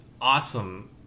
awesome